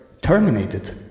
terminated